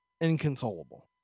inconsolable